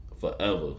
Forever